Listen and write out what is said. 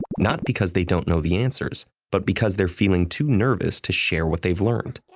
not because they don't know the answers, but because they're feeling too nervous to share what they've learned.